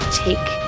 take